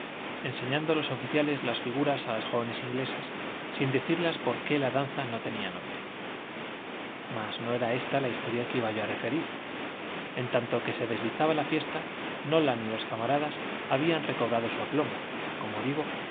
enseñando los oficiales las figuras a las jóvenes inglesas sin decirlas por qué la danza no tenía nombre mas no era ésta la historia que iba yo a referir en tanto que se deslizaba la fiesta nolan y los camaradas habían recobrado su aplomo como digo